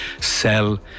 sell